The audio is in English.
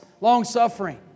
long-suffering